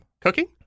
Cooking